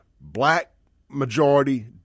black-majority